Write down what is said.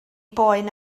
boen